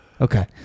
Okay